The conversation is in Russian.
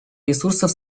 ресурсов